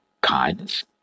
kindness